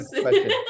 question